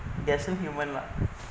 they are still human lah